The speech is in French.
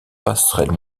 passerelles